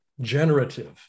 generative